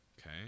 Okay